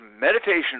Meditation